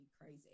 crazy